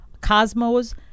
cosmos